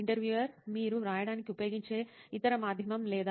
interviewer మీరు వ్రాయడానికి ఉపయోగించే ఇతర మాధ్యమం లేదా